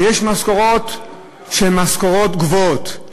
ויש משכורות שהן משכורות גבוהות,